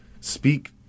speak